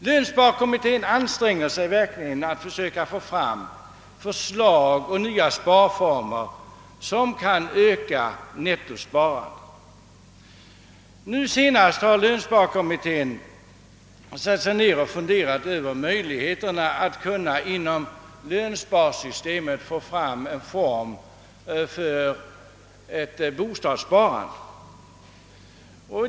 Lönsparkommittén anstränger sig verkligen för att få fram förslag till nya sparformer som kan öka nettosparandet. Nu senast har lönsparkommittén funderat över möjligheterna att inom lönsparsystemet få en form för bostadssparande.